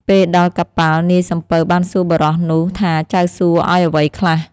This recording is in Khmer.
ពេលដល់កប៉ាល់ នាយសំពៅបានសួរបុរសនោះថាចៅសួឱ្យអ្វីខ្លះ។